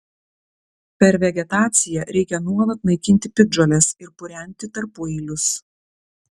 per vegetaciją reikia nuolat naikinti piktžoles ir purenti tarpueilius